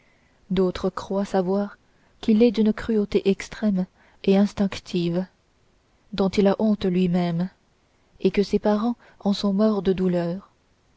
d'autres croient savoir qu'il est d'une cruauté extrême et instinctive dont il a honte lui-même et que ses parents en sont morts de douleur